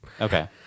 Okay